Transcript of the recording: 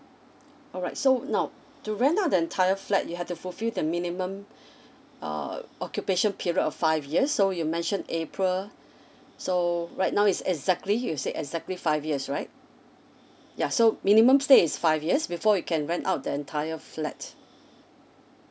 alright so now to rent out the entire flat you have to fulfil the minimum uh occupation period of five years so you mention april so right now it's exactly you said exactly five years right yeah so minimum stay is five years before you can rent out the entire flat